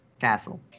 Castle